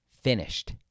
finished